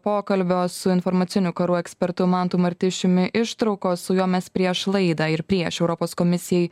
pokalbio su informacinių karų ekspertu mantu martišiumi ištraukos su juo mes prieš laidą ir prieš europos komisijai